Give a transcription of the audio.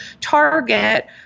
target